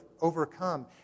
overcome